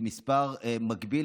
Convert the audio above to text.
במספר מקביל,